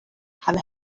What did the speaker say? have